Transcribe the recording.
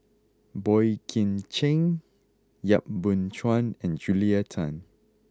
Boey Kim Cheng Yap Boon Chuan and Julia Tan